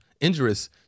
injurious